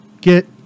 get